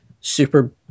super